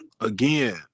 again